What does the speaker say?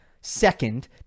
second